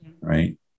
right